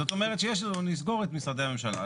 זאת אומרת שנסגור את משרדי הממשלה,